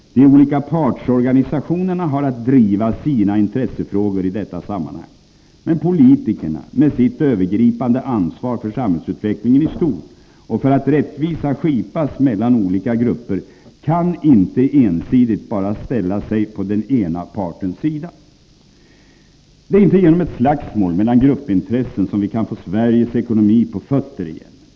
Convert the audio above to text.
De olika partsorganisationerna har att driva sina intressefrågor i detta sammanhang. Men politikerna, med sitt övergripande ansvar för samhällsutvecklingen i stort och för att rättvisa skipas mellan olika grupper, kan inte ensidigt ställa sig på den ena partens sida. Det är inte genom ett slagsmål mellan gruppintressen som vi kan få Sveriges ekonomi på fötter igen.